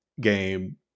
game